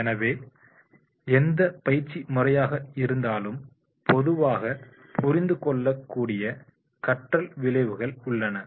எனவே எந்த பயிற்சி முறையாக இருந்தாலும் பொதுவாக புரிந்துகொள்ளக்கூடிய கற்றல் விளைவுகள் உள்ளன